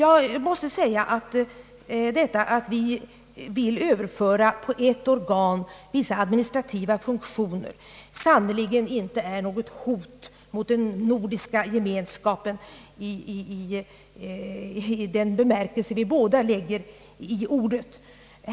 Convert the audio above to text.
Att vi till ett organ vill överföra vissa administrativa funktioner är sannerligen inte något hot mot den nordiska gemenskapen i den bemärkelse vi båda lägger i ordet gemenskap.